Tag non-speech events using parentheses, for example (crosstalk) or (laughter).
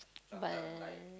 but (noise)